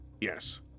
Yes